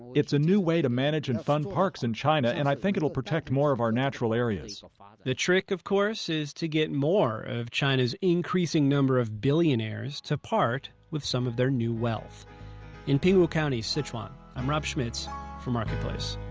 it's a new way to manage and fund parks in china, and i think it'll protect more of our natural areas the trick, of course, is to get more of china's increasing number of billionaires to part with some of their new wealth in pingwu county, sichuan, i'm rob schmitz for marketplace